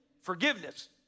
forgiveness